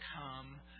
come